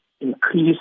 increase